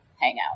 hangout